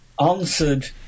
answered